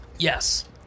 Yes